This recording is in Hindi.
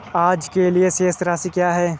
आज के लिए शेष राशि क्या है?